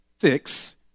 six